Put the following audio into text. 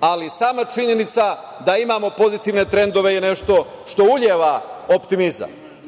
ali sama činjenica da imamo pozitivne trendove je nešto što uliva optimizam.No,